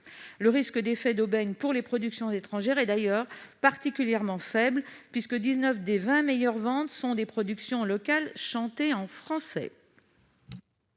Le risque d'effet d'aubaine pour les productions étrangères est d'ailleurs particulièrement faible, puisque 19 des 20 meilleures ventes sont des productions locales chantées en français.